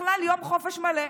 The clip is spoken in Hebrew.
בכלל יום חופש מלא.